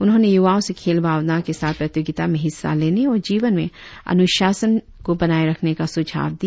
उन्होंने युवाओं से खेल भावना के साथ प्रतियोगिता में हिस्सा लेने और जीवन में अनुशासन को बनाए रखने का सुझाव दिया